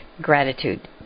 gratitude